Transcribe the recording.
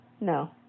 No